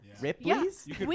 Ripley's